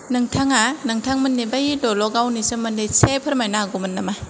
नोंथांआ नोंथांमोननि बै दल'गावनि सोमोन्दै इसे फोरमायनो हागौमोन नामा